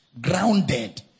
Grounded